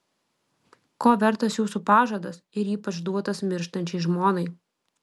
ko vertas jūsų pažadas ir ypač duotas mirštančiai žmonai